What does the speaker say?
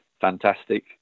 fantastic